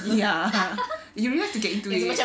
ya you really have to get into it